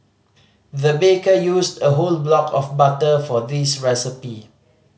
the baker used a whole block of butter for this recipe